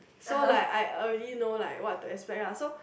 so like I already know like what to expect lah so